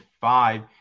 five